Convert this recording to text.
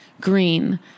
Green